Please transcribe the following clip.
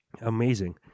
amazing